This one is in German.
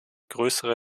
größere